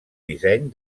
disseny